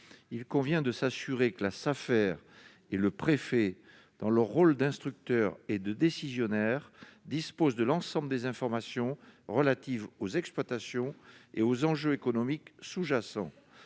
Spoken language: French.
Il faut s'assurer que la Safer et le préfet, dans leurs rôles respectifs d'instructeur et de décisionnaire, disposent de l'ensemble des informations relatives aux exploitations et aux enjeux économiques sous-jacents.